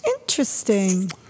Interesting